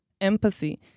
empathy